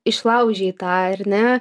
išlaužei tą ar ne